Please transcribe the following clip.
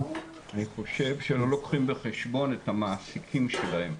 אני חושב שהם לא לוקחים בחשבון את המעסיקים שלהם.